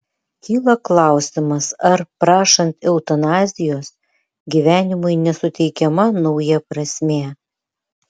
kyla klausimas ar prašant eutanazijos gyvenimui nesuteikiama nauja prasmė